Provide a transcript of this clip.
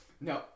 No